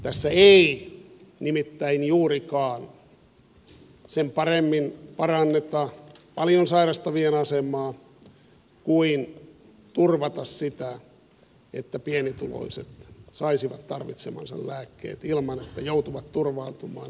tässä ei nimittäin juurikaan sen paremmin paranneta paljon sairastavien asemaa kuin turvata sitä että pienituloiset saisivat tarvitsemansa lääkkeet ilman että joutuvat turvautumaan viimesijaiseen toimeentulotukeen